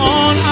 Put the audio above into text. on